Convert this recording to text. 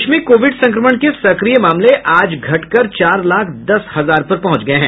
देश में कोविड संक्रमण के सक्रिय मामले आज घटकर चार लाख दस हजार पर पहुंच गए हैं